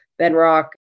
BenRock